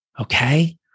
Okay